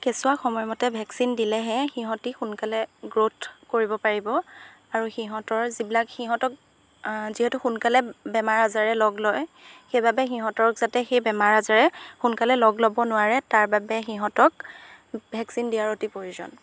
কেঁচুৱা সময়মতে ভেকচিন দিলেহে সিহঁতি সোনকালে গ্ৰোথ কৰিব পাৰিব আৰু সিহঁতৰ যিবিলাক সিহঁতক যিহেতু সোনকালে বেমাৰ আজাৰে লগ লয় সেইবাবে সিহঁতক যাতে সেই বেমাৰ আজাৰে সোনকালে লগ ল'ব নোৱাৰে তাৰ বাবে সিহঁতক ভেকচিন দিয়াৰ অতি প্ৰয়োজন